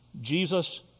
Jesus